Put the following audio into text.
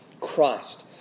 Christ